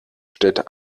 stellte